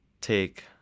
take